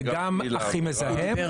זה גם הכי מזהם, וגם לא אמין.